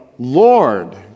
Lord